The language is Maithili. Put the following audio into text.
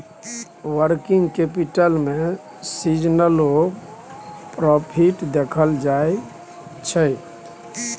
वर्किंग कैपिटल में सीजनलो प्रॉफिट देखल जाइ छइ